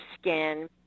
skin